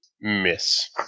Miss